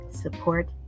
support